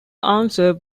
answer